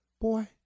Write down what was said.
Boy